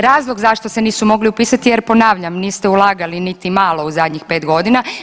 Razlog zašto se nisu mogli upisati jer ponavljam niste ulagali niti malo u zadnjih 5 godina.